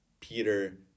Peter